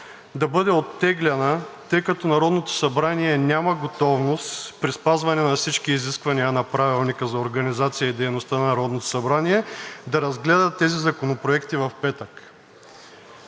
да бъде оттеглена, тъй като Народното събрание няма готовност при спазване на всички изисквания на Правилника за организацията и дейността на Народното събрание да разгледа тези законопроекти в петък.